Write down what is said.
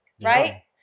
Right